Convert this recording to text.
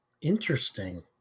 Interesting